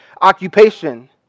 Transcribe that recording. occupation